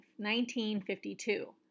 1952